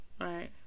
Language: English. Right